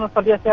of yeah